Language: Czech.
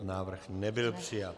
Návrh nebyl přijat.